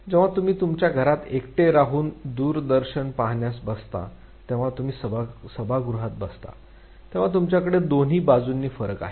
जेव्हा तुम्ही तुमच्या घरात एकटे राहून दूरदर्शन पाहण्यास बसता तेव्हा तुम्ही सभागृहात बसता तेव्हा तुमच्याकडे दोन्ही बाजूंनी फरक आहे